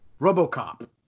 Robocop